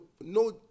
no